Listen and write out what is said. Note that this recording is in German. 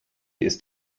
ist